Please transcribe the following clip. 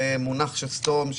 זה מונח שסתום,